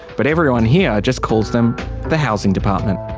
but everyone here just calls them the housing department.